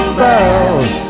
bells